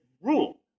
rule